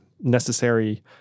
necessary